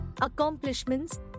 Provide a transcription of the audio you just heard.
accomplishments